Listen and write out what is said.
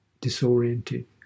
disoriented